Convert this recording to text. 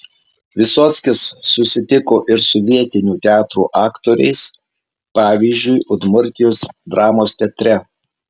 vysockis susitiko ir su vietinių teatrų aktoriais pavyzdžiui udmurtijos dramos teatre